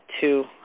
two